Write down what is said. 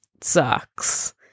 sucks